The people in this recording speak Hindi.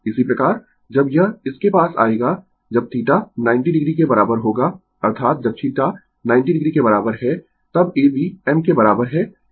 इसी प्रकार जब यह इसके पास आयेगा जब θ 90 o के बराबर होगा अर्थात जब θ 90 o के बराबर है तब AB m के बराबर है